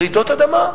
רעידות אדמה.